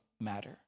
matter